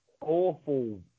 awful